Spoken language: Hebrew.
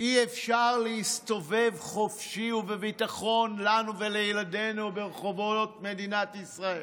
אי-אפשר להסתובב חופשי ובביטחון לנו ולילדינו ברחובות מדינת ישראל.